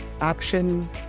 action